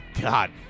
God